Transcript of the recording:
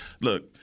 Look